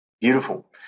Beautiful